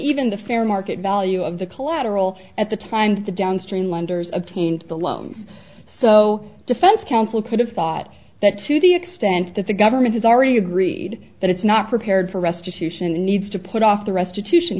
even the fair market value of the collateral at the time and the downstream lenders obtained the loan so defense counsel could have thought that to the extent that the government has already agreed that it's not prepared for restitution and needs to put off the restitution